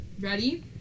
ready